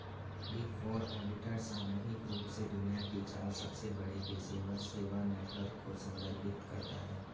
big four auditor सामूहिक रूप से दुनिया के चार सबसे बड़े पेशेवर सेवा नेटवर्क को संदर्भित करता है